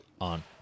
on